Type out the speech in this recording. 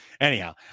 anyhow